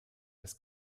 was